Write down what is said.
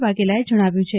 વાઘેલાએ જણાવ્યું છે